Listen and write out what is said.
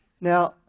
Now